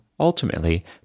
Ultimately